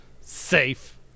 safe